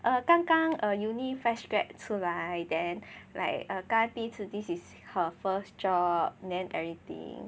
err 刚刚 uni fresh grad 出来 then like 跟她第一 this is her first job then everything